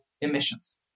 emissions